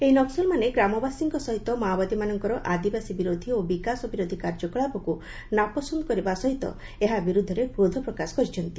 ଏହି ନକ୍କୁଲମାନେ ଗ୍ରାମବାସୀଙ୍କ ସହିତ ମାଓବାଦୀମାନଙ୍କର ଆଦିବାସୀ ବିରୋଧୀ ଓ ବିକାଶ ବିରୋଧୀ କାର୍ଯ୍ୟକଳାପକୁ ନାପସନ୍ଦ କରିବା ସହିତ ଏହା ବିରୁଦ୍ଧରେ କ୍ରୋଧ ପ୍ରକାଶ କରିଛନ୍ତି